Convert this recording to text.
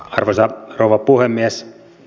arvoisa rouva puhemies